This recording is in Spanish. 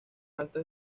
alta